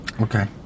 Okay